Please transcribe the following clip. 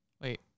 Wait